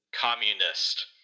Communist